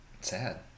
sad